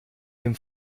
dem